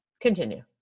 Continue